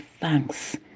thanks